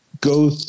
go